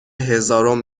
هزارم